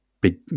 big